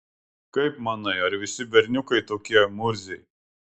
kaip manai ar visi berniukai tokie murziai